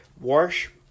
Wash